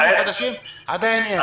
תקציבים חדשים עדיין אין.